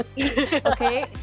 okay